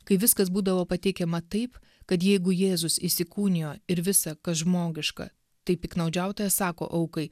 kai viskas būdavo pateikiama taip kad jeigu jėzus įsikūnijo ir visa kas žmogiška tai piktnaudžiautojas sako aukai